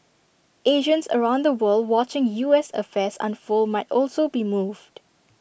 Asians around the world watching U S affairs unfold might also be moved